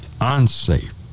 Unsafe